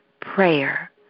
prayer